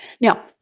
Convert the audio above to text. Now